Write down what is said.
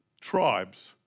tribes